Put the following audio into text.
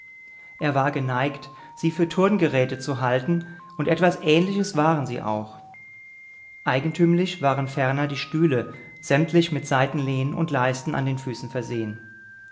er war geneigt sie für turngeräte zu halten und etwas ähnliches waren sie auch eigentümlich waren ferner die stühle sämtlich mit seitenlehnen und leisten an den füßen versehen